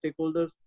stakeholders